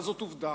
אבל זאת עובדה,